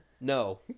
No